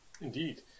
Indeed